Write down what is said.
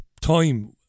time